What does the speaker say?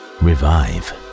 revive